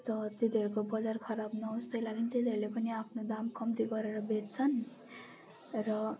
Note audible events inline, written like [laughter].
[unintelligible] तिनीहरूको बजार खराब नहोस् त्यही लागि तिनीहरूले पनि आफ्नो दाम कम्ती गरेर बेच्छन् र